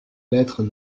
lettres